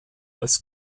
als